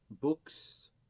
books